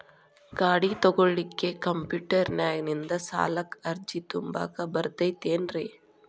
ಗಾಡಿ ತೊಗೋಳಿಕ್ಕೆ ಕಂಪ್ಯೂಟೆರ್ನ್ಯಾಗಿಂದ ಸಾಲಕ್ಕ್ ಅರ್ಜಿ ತುಂಬಾಕ ಬರತೈತೇನ್ರೇ?